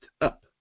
up